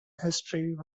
history